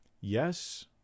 yes